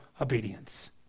obedience